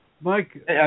Mike